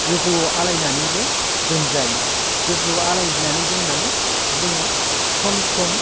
गोजौआव आलायनानैबो दोनजायो गोजौआव आलायनानै दोननानै जोङो सम सम